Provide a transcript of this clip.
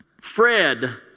Fred